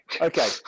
Okay